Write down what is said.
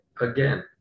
again